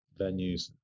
venues